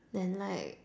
then like